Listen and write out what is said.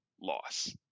loss